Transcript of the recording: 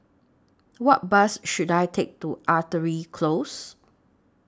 What Bus should I Take to Artillery Close